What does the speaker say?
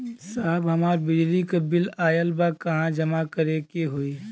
साहब हमार बिजली क बिल ऑयल बा कहाँ जमा करेके होइ?